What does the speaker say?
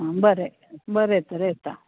बरें बरें तर येतां